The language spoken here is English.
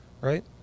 right